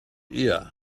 ear